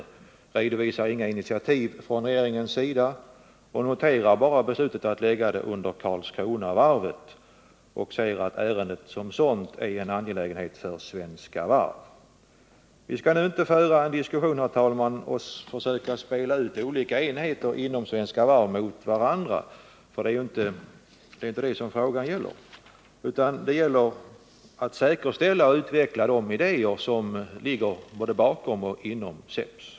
Det redovisar inga initiativ från regeringens sida och noterar bara beslutet att lägga SEPS under Karlskronavarvet, liksom att ärendet som sådant är en angelägenhet för Svenska Varv. Vi skall inte, herr talman, i en diskussion försöka spela ut olika enheter inom Svenska Varv mot varandra. Det är inte det frågan gäller. Frågan gäller att säkerställa och utveckla de idéer som ligger bakom och inom SEPS.